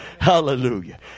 hallelujah